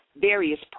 various